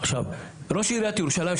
ראש עיריית ירושלים,